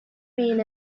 mean